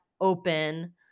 open